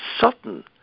Sutton